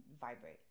vibrate